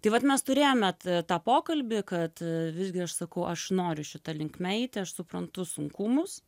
tai vat mes turėjome tą pokalbį kad visgi aš sakau aš noriu šita linkme eiti aš suprantu sunkumus